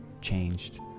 changed